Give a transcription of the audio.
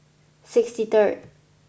sixty third